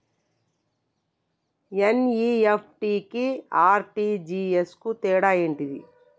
NEFT కి RTGS కు తేడా ఏంటిది?